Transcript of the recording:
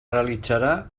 realitzarà